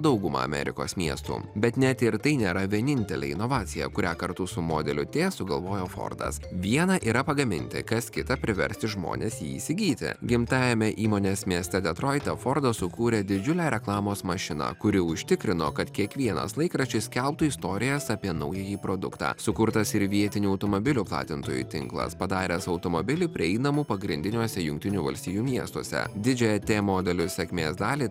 daugumą amerikos miestų bet net ir tai nėra vienintelė inovacija kurią kartu su modeliu tė sugalvojo fordas viena yra pagaminti kas kita priversti žmones jį įsigyti gimtajame įmonės mieste detroite fordas sukūrė didžiulę reklamos mašiną kuri užtikrino kad kiekvienas laikraštis skelbtų istorijas apie naująjį produktą sukurtas ir vietinių automobilių platintojų tinklas padaręs automobilį prieinamu pagrindiniuose jungtinių valstijų miestuose didžiąją tė modelio sėkmės dalį